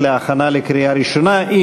בעד, 50, אין מתנגדים, אין נמנעים.